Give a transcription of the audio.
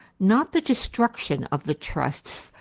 not the destruction of the trusts,